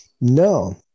No